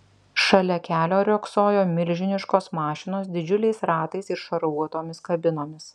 šalia kelio riogsojo milžiniškos mašinos didžiuliais ratais ir šarvuotomis kabinomis